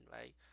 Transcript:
right